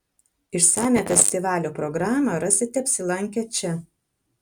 išsamią festivalio programą rasite apsilankę čia